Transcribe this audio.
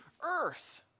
earth